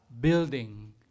building